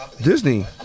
Disney